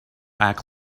act